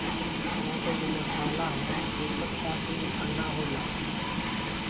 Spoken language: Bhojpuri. सौंफ एगो मसाला हअ एकर तासीर ठंडा होखेला